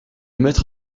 maître